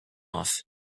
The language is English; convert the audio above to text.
off